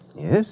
Yes